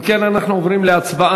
אם כן, אנחנו עוברים להצבעה.